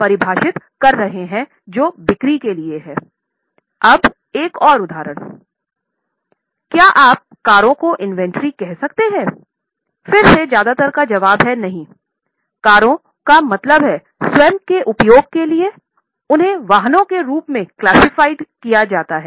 रखा जाता है